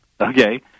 Okay